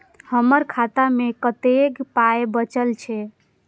हमर खाता मे कतैक पाय बचल छै